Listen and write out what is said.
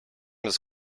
his